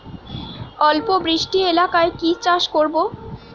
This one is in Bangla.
অল্প বৃষ্টি এলাকায় কি চাষ করব?